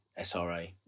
SRA